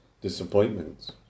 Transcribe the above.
disappointments